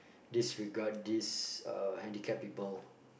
disregard these uh handicap people